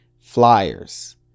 flyers